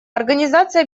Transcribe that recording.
организация